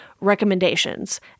recommendations